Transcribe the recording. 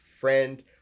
friend